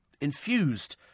infused